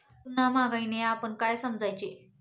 पुन्हा महागाईने आपण काय समजायचे?